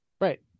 Right